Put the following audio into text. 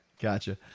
Gotcha